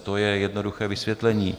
To je jednoduché vysvětlení.